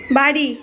বাড়ি